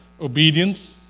obedience